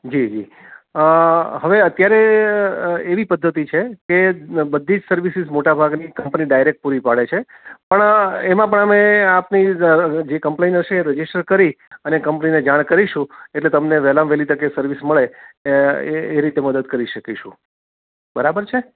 જી જી હવે અત્યારે એવી પદ્ધતિ છે કે બધી જ સર્વિસિસ મોટા ભાગની કંપની ડાયરેક પૂરી પાડે છે પણ એમાં પણ અમે આપની જે કમ્પ્લેન હશે એ રજિસ્ટર કરી કંપનીને જાણ કરીશું એટલે તમને વહેલામાં વહેલી તકે સર્વિસ મળે એ એ રીતે મદદ કરી શકીશું બરાબર છે